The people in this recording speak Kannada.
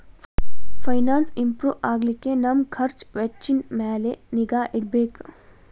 ಫೈನಾನ್ಸ್ ಇಂಪ್ರೂ ಆಗ್ಲಿಕ್ಕೆ ನಮ್ ಖರ್ಛ್ ವೆಚ್ಚಿನ್ ಮ್ಯಾಲೆ ನಿಗಾ ಇಡ್ಬೆಕ್